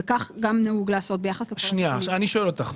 וכך גם נהוג לעשות ביחס ל --- אני שואל אותך,